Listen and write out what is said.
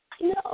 No